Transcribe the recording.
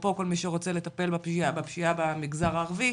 אפרופו כל מי שרוצה לטפל בפשיעה במגזר הערבי,